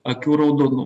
akių raudonu